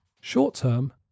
short-term